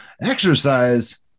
exercise